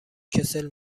کسل